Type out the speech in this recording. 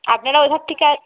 আপনারা ঐ ধার থেকে